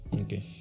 Okay